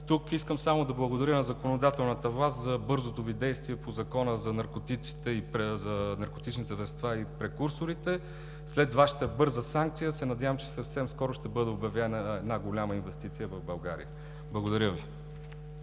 Тук искам само да благодаря на законодателната власт за бързото Ви действие по Закона за контрол върху наркотичните вещества и прекурсорите. След Вашата бърза санкция се надявам, че съвсем скоро ще бъде обявена една голяма инвестиция в България. Благодаря Ви,